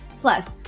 Plus